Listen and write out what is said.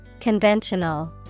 Conventional